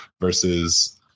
versus